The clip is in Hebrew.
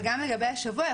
אבל גם לגבי השבוע,